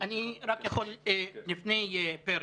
לפני כן.